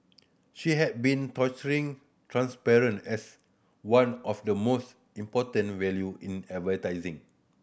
she has been touting transparent as one of the most important value in